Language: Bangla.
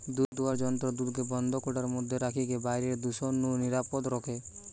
দুধদুয়ার যন্ত্র দুধকে বন্ধ কৌটার মধ্যে রখিকি বাইরের দূষণ নু নিরাপদ রখে